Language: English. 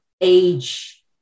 age